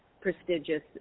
Prestigious